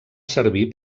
servir